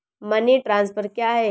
Money transfer क्या है?